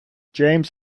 james